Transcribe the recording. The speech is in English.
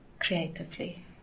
creatively